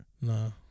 No